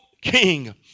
king